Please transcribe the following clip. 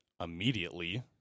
immediately